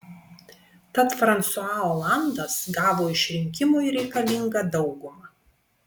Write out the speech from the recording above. tad fransua olandas gavo išrinkimui reikalingą daugumą